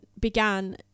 began